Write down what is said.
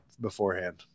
beforehand